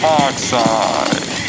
oxide